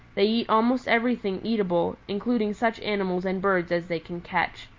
they eat almost everything eatable, including such animals and birds as they can catch,